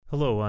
Hello